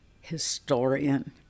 historian